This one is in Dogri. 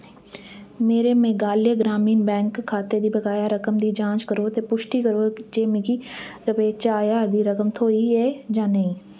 मेरे मेघालय ग्रामीण बैंक खाते दी बकाया रकम दी जांच करो ते पुश्टी करो जे मिगी रपे चार ज्हार दी रकम थ्होई ऐ जां नेईं